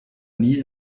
nie